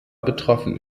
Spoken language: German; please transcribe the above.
betroffen